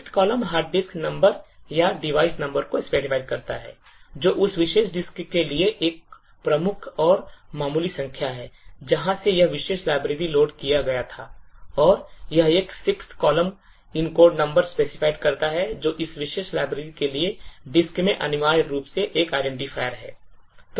5th column hard disk number या device number को specified करता है जो उस विशेष डिस्क के लिए एक प्रमुख और मामूली संख्या है जहां से यह विशेष library लोड किया गया था और यह एक 6th column inode number specified करता है जो इस विशेष library के लिए डिस्क में अनिवार्य रूप से एक identifier है